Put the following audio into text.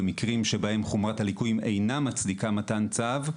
במקרים שבהם חומרת הליקויים אינה מצדיקה מתן צו,